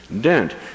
dent